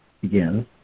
begins